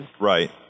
Right